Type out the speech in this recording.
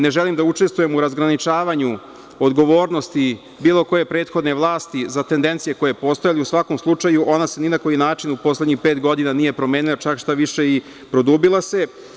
Ne želim da učestvujem u razgraničavanju odgovornosti bilo koje prethodne vlasti za tendencije koje postoje, ali u svakom slučaju, ona se ni na koji način u poslednjih pet godina nije promenila, čak šta više, produbila se.